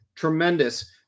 Tremendous